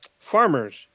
farmers